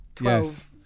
Yes